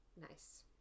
Nice